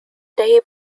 day